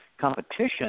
competition